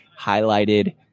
highlighted